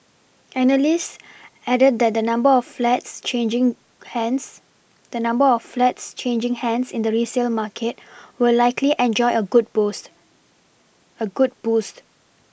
analysts added that the number of flats changing hands the number of flats changing hands in the resale market will likely enjoy a good boos a good boost